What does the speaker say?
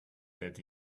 dead